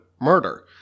murder